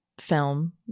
film